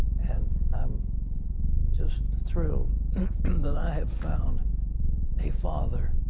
and i am just thrilled that i have found a father,